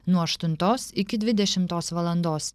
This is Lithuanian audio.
nuo aštuntos iki dvidešimtos valandos